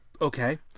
Okay